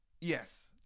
Yes